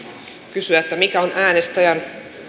kysyä mikä on äänestäjän